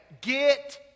get